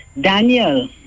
Daniel